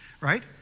right